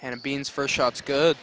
and beans for shots good